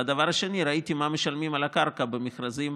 ודבר שני, ראיתי מה משלמים על הקרקע במכרזים